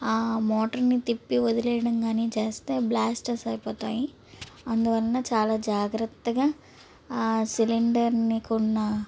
ఆ మోటర్ని తిప్పి వదిలేయడం కానీ చేస్తే బ్లాస్టెస్ అయిపోతాయి అందువలన చాలా జాగ్రత్తగా ఆ సిలిండర్ని కున్న